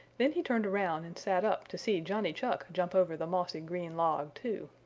then he turned around and sat up to see johnny chuck jump over the mossy green log, too.